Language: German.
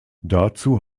dazu